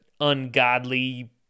ungodly